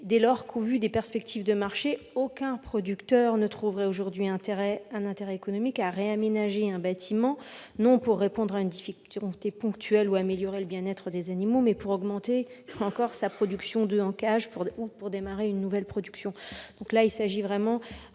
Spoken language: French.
dès lors que, au vu des perspectives de marché, aucun producteur ne trouverait aujourd'hui un intérêt économique à réaménager son bâtiment dans l'objectif, non pas de répondre à une difficulté ponctuelle ou d'améliorer le bien-être des animaux, mais d'augmenter sa production d'oeufs en cage ou de démarrer une nouvelle production. Il s'agit donc